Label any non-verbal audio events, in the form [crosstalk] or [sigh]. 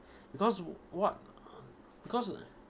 because wh~ what because [noise]